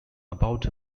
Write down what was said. about